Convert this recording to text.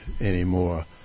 anymore